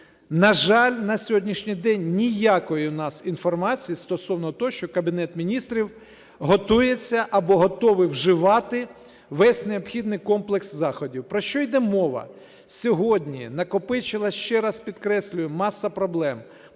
На жаль, на сьогоднішній день ніякої у нас інформації стосовно того, що Кабінет Міністрів готується або готовий вживати весь необхідний комплекс заходів. Про що йде мова? Сьогодні накопичилися, ще раз підкреслюю, маса проблем,